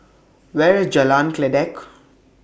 Where IS Jalan Kledek